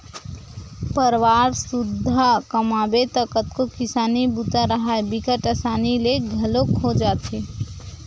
परवार सुद्धा कमाबे त कतको किसानी बूता राहय बिकट असानी ले घलोक हो जाथे